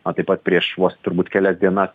o taip pat prieš vos turbūt kelias dienas